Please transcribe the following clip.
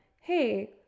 hey